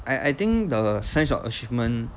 I I think the sense of achievement